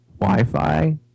Wi-Fi